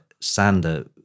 sander